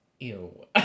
Ew